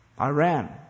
Iran